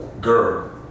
girl